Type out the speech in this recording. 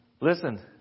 Listen